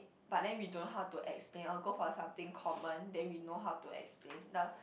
but then we don't how to explain I will go for something common then we know how to explain the